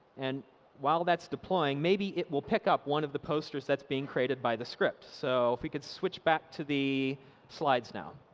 and while that's deploying, maybe it will pick up one of the posters that's being created by the script. so if we could switch back to the slides now.